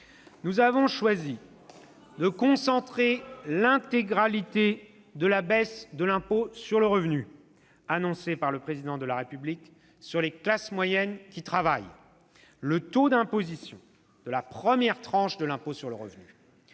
Nous avons choisi de concentrer l'intégralité de la baisse de l'impôt sur le revenu annoncée par le Président de la République sur les classes moyennes qui travaillent. Le taux d'imposition de la première tranche de l'impôt sur le revenu,